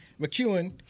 McEwen